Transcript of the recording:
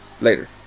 Later